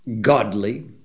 godly